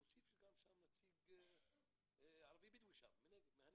שיתווסף שם נציג ערבי-בדואי מהנגב.